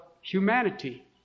humanity